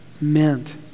meant